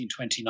1929